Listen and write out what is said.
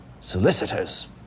Solicitors